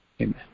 Amen